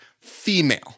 female